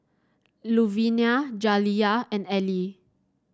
Louvenia Jaliyah and Elie